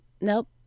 nope